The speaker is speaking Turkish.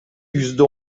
yüzde